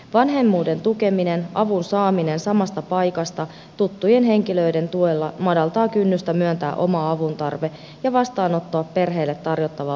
vanhemmuuden tukeminen avun saaminen samasta paikasta tuttujen henkilöiden tuella madaltaa kynnystä myöntää oma avuntarve ja vastaanottaa perheelle tarjottava varhainen tuki